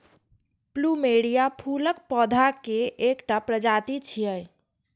plumeria फूलक पौधा के एकटा प्रजाति छियै